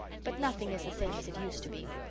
but nothing is the same as it used to be.